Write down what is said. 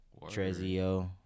Trezio